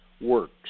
works